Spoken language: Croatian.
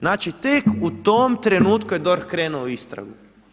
Znači tek u tom trenutku je DORH krenuo u istragu.